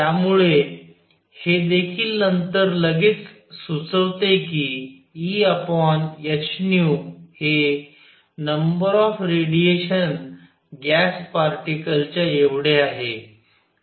त्यामुळे हे देखील नंतर लगेच सुचवते कि Ehνहे number of radiation gas particles च्या एवढे आहे